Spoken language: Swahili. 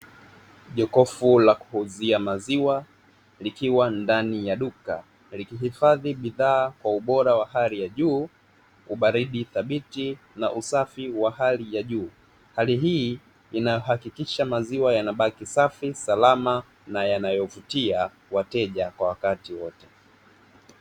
Jokofu la kupozea maziwa likiwa ndani ya duka likihifadhi bidhaa kwa ubora wa hali ya juu, ubaridi thabiti na usafi wa hali ya juu hali hii inahakikisha maziwa yanabaki safi salama na yanayovutia wateja kwa wakati wote.